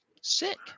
sick